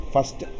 First